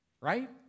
right